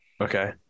Okay